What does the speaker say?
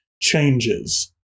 changes